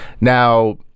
Now